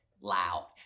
Loud